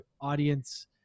audience